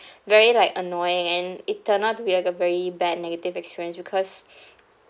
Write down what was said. very like annoying and it turned out to be like a very bad negative experience because